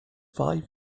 five